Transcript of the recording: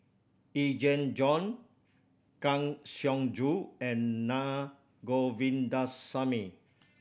Yee Jenn Jong Kang Siong Joo and Na Govindasamy